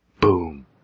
boom